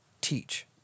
teach